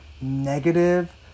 negative